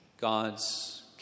God's